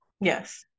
Yes